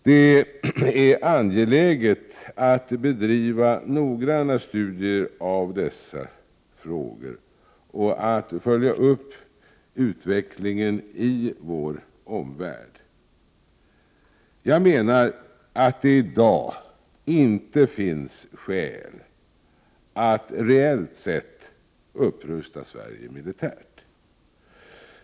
Det är angeläget att bedriva noggranna studier av dessa frågor och att följa upp utvecklingen i vår omvärld. Jag menar att det i dag inte finns skäl att reellt sett upprusta Sverige militärt.